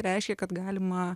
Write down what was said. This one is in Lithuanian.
reiškia kad galima